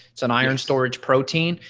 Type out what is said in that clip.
it's an iron storage protein.